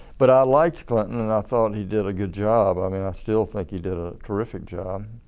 but i liked clinton and i thought he did a good job. i mean i still think he did a terrific job.